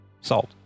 Salt